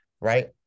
right